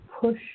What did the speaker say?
push